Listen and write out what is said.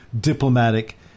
diplomatic